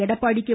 Edappadi K